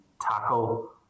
tackle